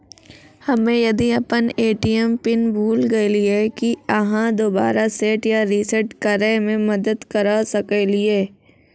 हम्मे यदि अपन ए.टी.एम पिन भूल गलियै, की आहाँ दोबारा सेट या रिसेट करैमे मदद करऽ सकलियै?